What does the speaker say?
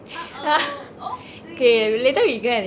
uh oh oopsie